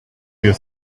you